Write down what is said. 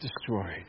destroyed